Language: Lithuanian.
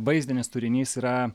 vaizdinis turinys yra